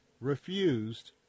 refused